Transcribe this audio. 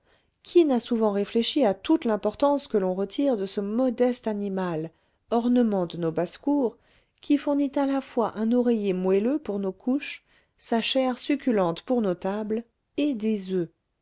qui n'a souvent réfléchi à toute l'importance que l'on retire de ce modeste animal ornement de nos basses-cours qui fournit à la fois un oreiller moelleux pour nos couches sa chair succulente pour nos tables et des oeufs